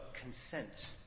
consent